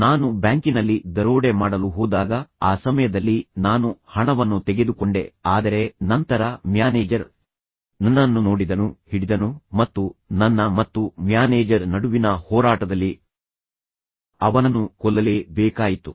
ನಾನು ಬ್ಯಾಂಕಿನಲ್ಲಿ ದರೋಡೆ ಮಾಡಲು ಹೋದಾಗ ಆ ಸಮಯದಲ್ಲಿ ನಾನು ಹಣವನ್ನು ತೆಗೆದುಕೊಂಡೆ ಆದರೆ ನಂತರ ಮ್ಯಾನೇಜರ್ ನನ್ನನ್ನು ನೋಡಿದನು ನಂತರ ಅವನು ನನ್ನನ್ನು ಹಿಡಿದನು ಮತ್ತು ನಂತರ ನನ್ನ ಮತ್ತು ಮ್ಯಾನೇಜರ್ ನಡುವಿನ ಹೋರಾಟದಲ್ಲಿ ಅವನನ್ನು ಕೊಳ್ಳಲೇಬೇಕಾಯಿತು